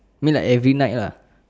I mean like every night lah